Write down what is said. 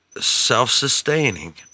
self-sustaining